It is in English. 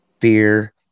fear